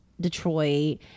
Detroit